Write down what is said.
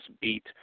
beat